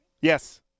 Yes